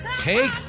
Take